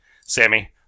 Sammy